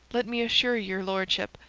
let me assure your lordship.